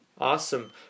awesome